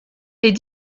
est